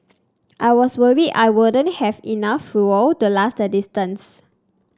I was worried I wouldn't have enough fuel to last the distance